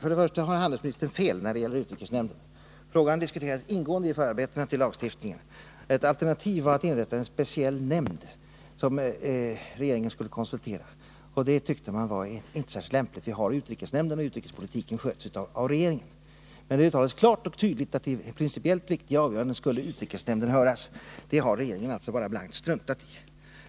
Herr talman! Handelsministern har fel när det gäller utrikesnämnden. Frågan diskuterades ingående i förarbetena till lagstiftningen. Ett alternativ man diskuterade var att inrätta en speciell nämnd som regeringen skulle konsultera, men man tyckte inte att det var särskilt lämpligt, eftersom vi har utrikesnämnden och utrikespolitiken sköts av regeringen. Men det uttalades klart och tydligt att vid principiellt viktiga avgöranden skulle utrikesnämnden höras. Det har regeringen blankt struntat i.